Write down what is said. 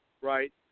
right